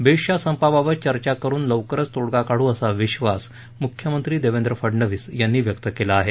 बेस्टच्या संपाबाबत चर्चा करुन लवकरच तोडगा काढू असा विश्वास मुख्यमंत्री देवेंद्र फडनवीस यांनी व्यक्त केला आहे